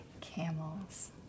camels